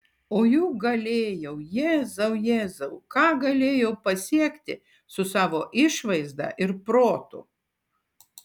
o juk galėjau jėzau jėzau ką galėjau pasiekti su savo išvaizda ir protu